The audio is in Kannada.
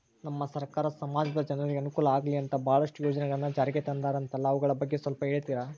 ನಮ್ಮ ಸರ್ಕಾರ ಸಮಾಜದ ಜನರಿಗೆ ಅನುಕೂಲ ಆಗ್ಲಿ ಅಂತ ಬಹಳಷ್ಟು ಯೋಜನೆಗಳನ್ನು ಜಾರಿಗೆ ತಂದರಂತಲ್ಲ ಅವುಗಳ ಬಗ್ಗೆ ಸ್ವಲ್ಪ ಹೇಳಿತೀರಾ?